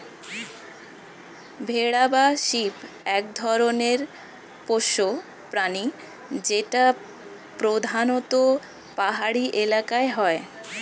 ভেড়া বা শিপ এক ধরনের পোষ্য প্রাণী যেটা প্রধানত পাহাড়ি এলাকায় হয়